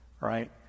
right